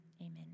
amen